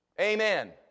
Amen